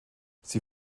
sie